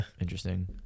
Interesting